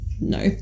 No